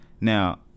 Now